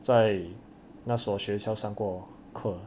在那所学校上过课